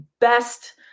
best